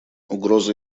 угроза